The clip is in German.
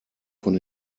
von